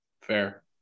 Fair